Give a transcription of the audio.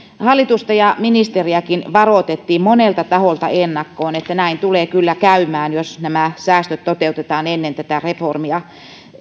hallitusta ja ministeriäkin varoitettiin monelta taholta ennakkoon että näin tulee kyllä käymään jos nämä säästöt toteutetaan ennen tätä reformia